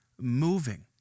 moving